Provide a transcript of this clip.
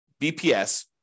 BPS